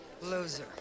Loser